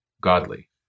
godly